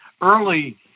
early